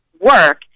work